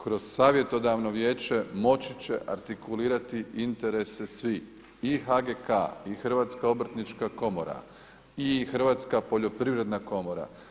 Kroz savjetodavno vijeće moći će artikulirati interese svih i HGK-a, i Hrvatska obrtnička komora, i Hrvatska poljoprivredna komora.